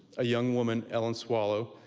a young woman, ellen swallow,